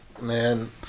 Man